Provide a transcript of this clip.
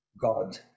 God